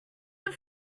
have